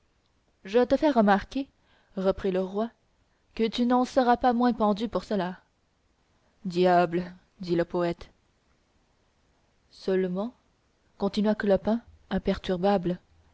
je te fais remarquer reprit le roi que tu n'en seras pas moins pendu pour cela diable dit le poète seulement continua clopin imperturbable